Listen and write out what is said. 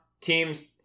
teams